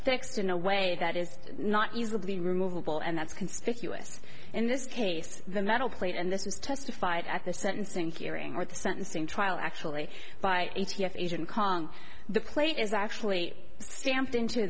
fixed in a way that is not easily removable and that's conspicuous in this case the metal plate and this was testified at the sentencing hearing or the sentencing trial actually by a t f agent kong the plate is actually stamped into